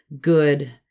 good